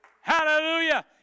Hallelujah